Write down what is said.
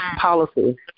policy